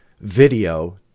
video